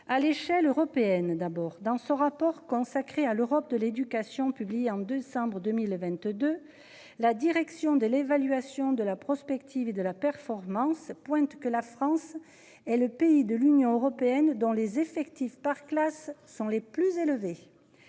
à l'échelle européenne. D'abord dans son rapport consacré à l'Europe de l'éducation, publié en décembre 2022. La direction de l'évaluation de la prospective et de la performance pointe que la France est le pays de l'Union européenne, dont les effectifs par classe sont les plus élevés.